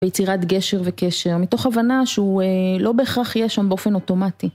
ביצירת גשר וקשר מתוך הבנה שהוא לא בהכרח יהיה שם באופן אוטומטי